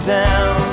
down